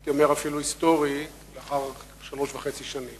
הייתי אומר אפילו היסטורי, לאחר שלוש שנים